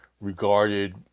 regarded